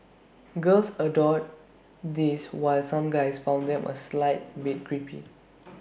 girls adored these while some guys found them A slight bit creepy